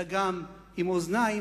אלא גם עם אוזניים,